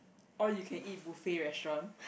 all you can eat buffet restaurant